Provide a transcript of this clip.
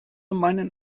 meinen